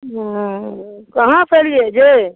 ओ कहाँ से एलिऐ जे